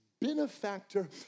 benefactor